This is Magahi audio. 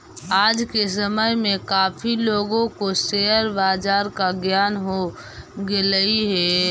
आज के समय में काफी लोगों को शेयर बाजार का ज्ञान हो गेलई हे